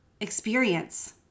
experience